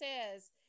says